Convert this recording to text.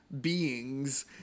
beings